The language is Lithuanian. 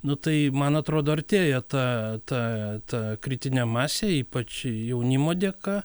nu tai man atrodo artėja ta ta ta kritinė masė ypač jaunimo dėka